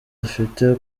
afite